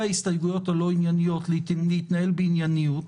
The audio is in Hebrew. ההסתייגויות הלא ענייניות להתנהל בענייניות,